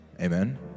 Amen